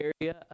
area